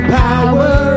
power